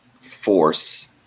force